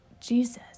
Jesus